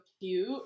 cute